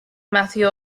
matthew